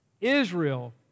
Israel